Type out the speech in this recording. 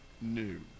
new